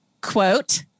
Quote